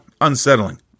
unsettling